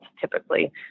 typically